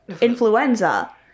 influenza